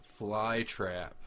Flytrap